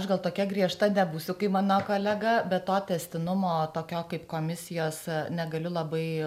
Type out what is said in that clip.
aš gal tokia griežta nebūsiu kaip mano kolega be to tęstinumo tokio kaip komisijos negaliu labai